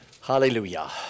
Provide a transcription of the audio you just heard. Hallelujah